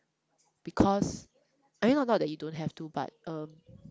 because I mean not not that you don't have to but um